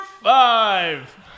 five